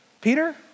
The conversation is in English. Peter